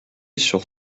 sur